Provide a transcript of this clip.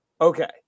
Okay